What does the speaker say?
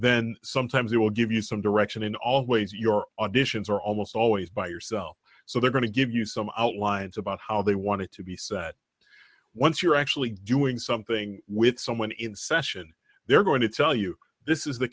then sometimes they will give you some direction and always your auditions are almost always by yourself so they're going to give you some outlines about how they want to be so once you're actually doing something with someone in session they're going to tell you this is the